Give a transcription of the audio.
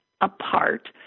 apart